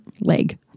leg